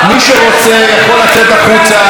מי שרוצה יכול לצאת החוצה.